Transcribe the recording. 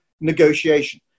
negotiation